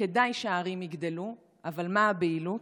כדאי שהערים יגדלו, אבל מה הבהילות?